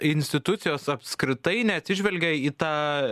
institucijos apskritai neatsižvelgia į tą